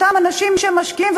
אותם אנשים שמשקיעים,